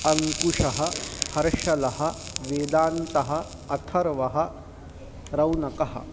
अङ्कुशः हर्षलः वेदान्तः अथर्वः रौनकः